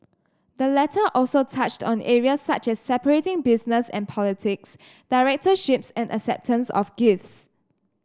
the letter also touched on areas such as separating business and politics directorships and acceptance of gifts